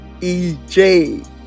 EJ